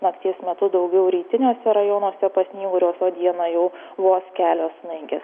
nakties metu daugiau rytiniuose rajonuose pasnyguriuos o dieną jau vos kelios snaigės